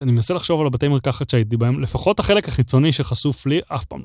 אני מנסה לחשוב על בתי המרקחת שהייתי בהם, לפחות החלק החיצוני שחשוף לי, אף פעם לא...